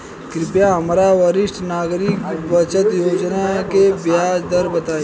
कृपया हमरा वरिष्ठ नागरिक बचत योजना के ब्याज दर बताई